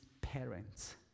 parents